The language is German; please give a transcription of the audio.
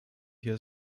hier